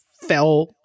fell